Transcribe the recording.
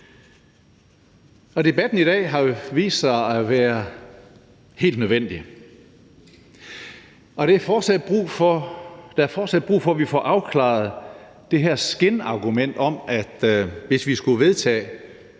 debatten i dag har jo vist sig at være helt nødvendig. Der er fortsat brug for, at vi får afklaret det her skinargument om, at hvis vi skulle vedtage,